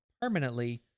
permanently